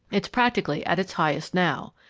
it's practically at its highest now.